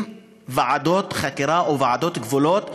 ועדות חקירה או ועדות גבולות גיאוגרפיים,